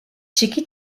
txiki